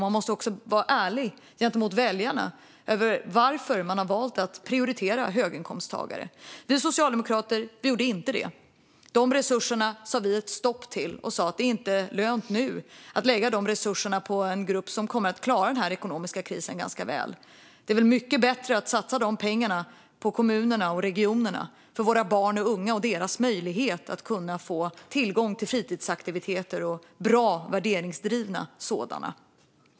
Man måste också vara ärlig gentemot väljarna om varför man har valt att prioritera höginkomsttagare. Vi socialdemokrater gjorde inte på samma sätt. Vi satte stopp för detta och sa att det inte var lönt att lägga resurser på en grupp som kommer att klara den ekonomiska krisen ganska väl. Det är mycket bättre att satsa pengarna på kommunerna och regionerna för att våra barn och unga ska kunna få tillgång till fritidsaktiviteter och bra värderingsdrivna sådana.